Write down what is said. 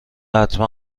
حتما